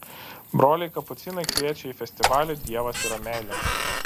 broliai kapucinai kviečia į festivalį dievas yra meilė